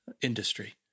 industry